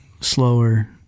slower